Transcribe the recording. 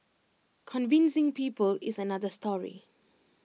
convincing people is another story